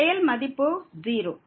செயல் மதிப்பு 0